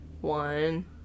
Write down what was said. one